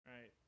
Right